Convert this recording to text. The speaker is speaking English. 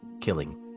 killing